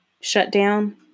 shutdown